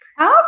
Okay